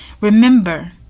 remember